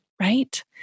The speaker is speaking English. right